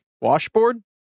Washboard